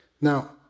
Now